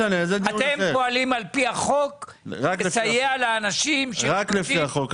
אתם פועלים על פי החוק לסייע לאנשים שמבקשים --- רק לפי החוק,